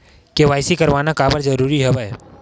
KYC करवाना काबर जरूरी हवय?